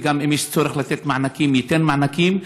ואם יש צורך לתת מענקים ניתן גם מענקים,